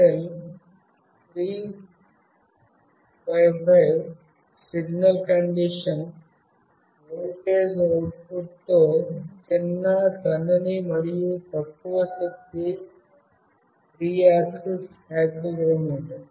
ADXL 355 signal condition voltage అవుట్పుట్తో చిన్న సన్నని మరియు తక్కువ శక్తి 3 యాక్సిస్ యాక్సిలెరోమీటర్